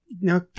now